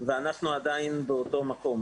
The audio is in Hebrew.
ואנחנו עדיין באותו מקום,